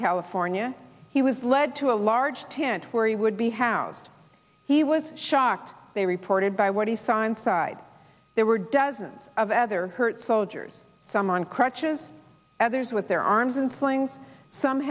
california he was led to a large tent where he would be housed he was shocked they reported by what he sign side there were dozens of other hurt soldiers some on crutches others with their arms and